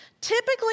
Typically